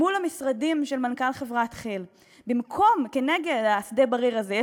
מול המשרדים של מנכ"ל חברת כי"ל נגד שדה-בריר הזה.